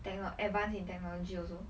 techno~ advanced in technology also